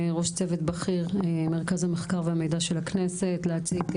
ראש צוות בכיר במרכז המידע והמחקר של הכנסת להציג